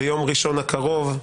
ביום ראשון הקרוב,